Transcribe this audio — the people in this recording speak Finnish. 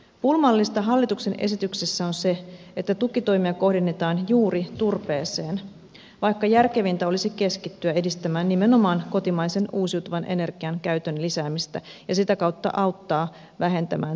pulmallista hallituksen esityksessä on se että tukitoimia kohdennetaan juuri turpeeseen vaikka järkevintä olisi keskittyä edistämään nimenomaan kotimaisen uusiutuvan energian käytön lisäämistä ja sitä kautta auttaa vähentämään tuontipolttoaineiden käyttöä